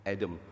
Adam